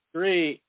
Three